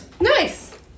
Nice